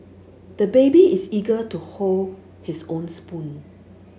the baby is eager to hold his own spoon